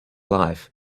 life